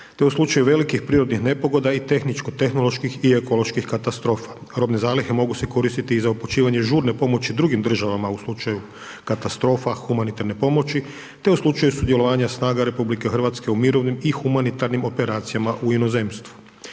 te u slučaju velikih prirodnih nepogoda i tehničko-tehnoloških i ekoloških katastrofa. Robne zalihe mogu se koristiti i za upućivanje žurne pomoći drugim državama u slučaju katastrofa, humanitarne pomoći te u slučaju sudjelovanja snaga RH u mirovnim i humanitarnim operacijama u inozemstvu.